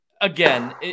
again